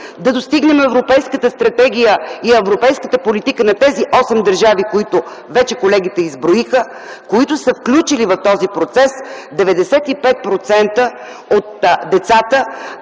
да достигнем европейската стратегия и европейската политика на тези осем държави, които колегите вече изброиха, които са включили в този процес 95% от децата.